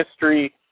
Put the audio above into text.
history